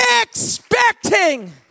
expecting